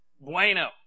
bueno